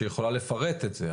שיכולה לפרט את זה,